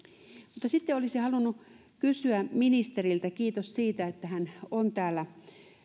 sitten olisin halunnut kysyä ministeriltä kiitos siitä että hän on täällä